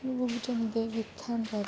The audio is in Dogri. लोक जंदे बी उत्थैं न